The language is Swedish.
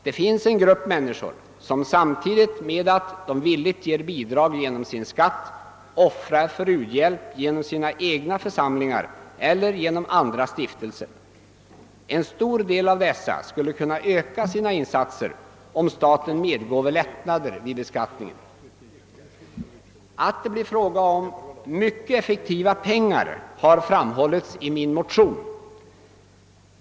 Det finns en grupp människor som, samtidigt med att de villigt ger bidrag genom sin skatt, även offrar pengar till u-hjälp genom sina egna församlingar eller andra stiftelser. En stor del av dessa skulle kunna öka sina insatser om staten ville medge lättnader vid beskattningen. Att det blir fråga om mycket effektiva pengar har framhållits i min motion.